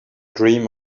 dream